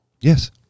Yes